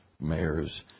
Mayors